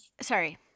Sorry